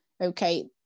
okay